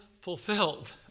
fulfilled